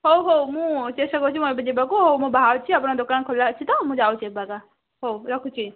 ହଉ ହଉ ମୁଁ ଚେଷ୍ଟା କରୁଛି ମୁଁ ଏବେ ଯିବାକୁ ମୁଁ ଏବେ ବାହାରୁଛି ଆପଣ ଦୋକାନ ଖୋଲା ଅଛି ତ ମୁଁ ଯାଉଛି ଏ ବାବା ହଉ ରଖୁଛି